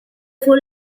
full